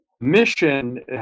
mission